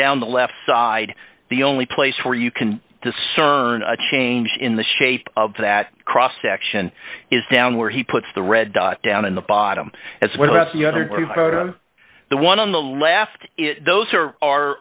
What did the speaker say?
down the left side the only place where you can discern a change in the shape of that cross section is down where he puts the red dot down in the bottom as well as the other the one on the left it those are